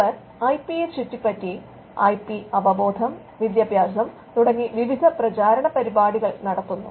അവർ I പിയെ ചുറ്റിപറ്റി IP അവബോധം വിദ്യാഭ്യാസം തുടങ്ങി വിവിധ പ്രചാരണപരിപാടികൾ നടത്തുന്നു